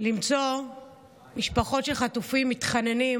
למצוא משפחות של חטופים מתחננים,